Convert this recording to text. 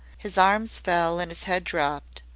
his arms fell and his head dropped,